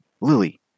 Lily